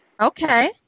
Okay